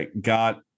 got